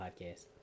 podcast